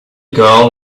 girl